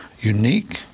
unique